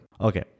okay